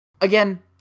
again